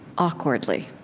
awkwardly.